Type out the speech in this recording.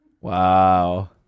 Wow